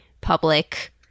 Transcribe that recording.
Public